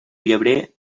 llebrer